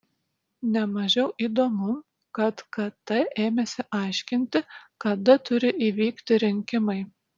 ne mažiau įdomu kad kt ėmėsi aiškinti kada turi įvykti rinkimai